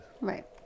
Right